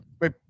Wait